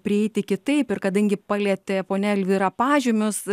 prieiti kitaip ir kadangi palietė ponia elvyra pažymius